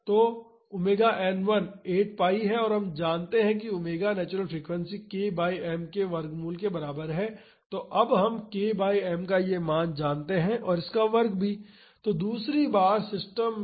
तो ⍵n1 8 pi है और हम जानते हैं कि omega natural frequency k by m के वर्गमूल के बराबर है